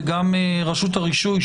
וגם רשות הרישוי,